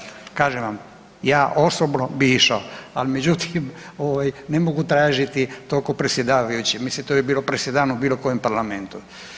Kažem vam, ja osobno bi išao, ali međutim ne mogu tražiti kao predsjedavajući, mislim to bi bilo presedan u bilo kojem parlamentu.